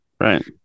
right